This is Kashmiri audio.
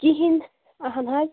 کہینۍ اہن حظ